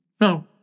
No